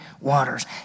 waters